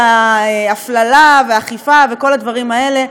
ההפללה והאכיפה וכל הדברים האלה,